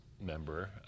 member